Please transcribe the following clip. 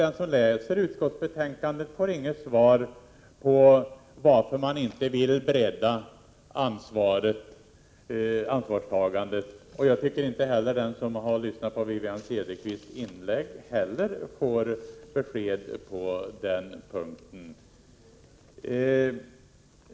Den som läser utskottsbetänkandet får inget besked om varför man inte vill bredda ansvarstagandet. Jag tycker att inte heller den som har lyssnat på Wivi-Anne Cederqvists inlägg får besked på den punkten.